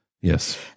Yes